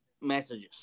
messages